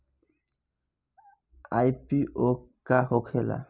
IPO का होखेला?